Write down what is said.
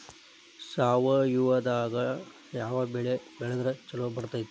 ಸಾವಯವದಾಗಾ ಯಾವ ಬೆಳಿ ಬೆಳದ್ರ ಛಲೋ ಬರ್ತೈತ್ರಿ?